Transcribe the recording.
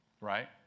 Right